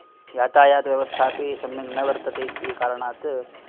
यातायतव्यवस्था अपि सम्यक् न वर्तते इति कारणात्